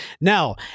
Now